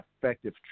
effective